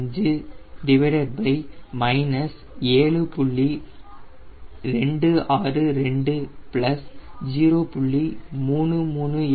338 0